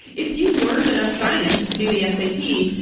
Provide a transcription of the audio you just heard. if you learned enough science to do the s a t,